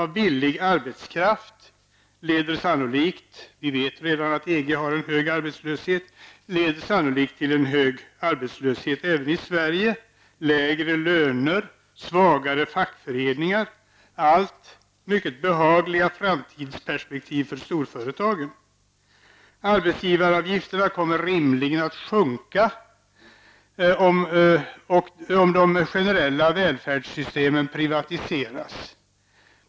Vi vet att EG har en hög arbetslöshet, och invandring av billig arbetskraft leder sannolikt till högre arbetslöshet även i Sverige., lägre löner, svagare fackföreningar, allt mycket behagliga framtidsperspektiv för storföretagen. Arbetsgivaravgifterna kommer rimligen att sjunka om de generella välfärdssystemen privatiseras.